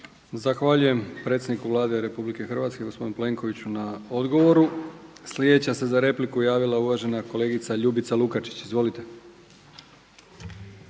Zahvaljujem predsjedniku Vlade RH gospodinu Plenkoviću na odgovoru. Sljedeća se za repliku javila uvažena kolegica Ljubica Lukačić. Izvolite.